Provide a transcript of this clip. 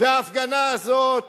וההפגנה הזאת